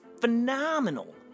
phenomenal